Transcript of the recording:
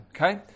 Okay